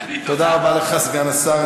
תודה רבה לך, סגן השר.